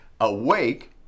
awake